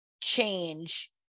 change